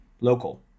local